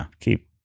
keep